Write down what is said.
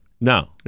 no